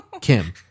Kim